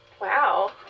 Wow